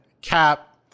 Cap